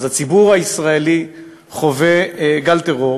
הציבור הישראלי חווה גל טרור